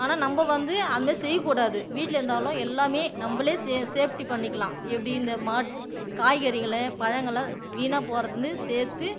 ஆனால் நம்ப வந்து அதுமாதிரி செய்யக்கூடாது வீட்டில் இருந்தாலும் எல்லாம் நம்பளே சே சேஃப்டி பண்ணிக்கலாம் எப்படி இந்த மாட்டு காய்கறிங்களை பழங்களாம் வீணாக போகிறதுலேருந்து சேர்த்து